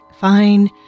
fine